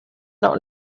not